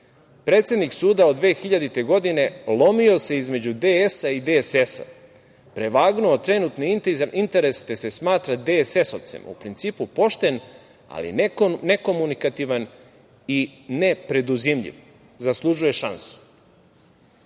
predsednik suda od 2000. godine, lomio se između DS i DSS, prevagnuo trenutni interes, te se smatra DSS-ovcem, u principu, pošten, ali nekomunikativan i nepreduzimljiv, zaslužuje šansu.Za